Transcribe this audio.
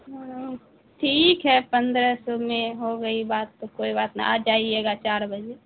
ہاں ٹھیک ہے پندرہ سو میں ہو گئی بات تو کوئی بات نا آ جائیے گا چار بجے